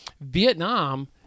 vietnam